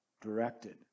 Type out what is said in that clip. directed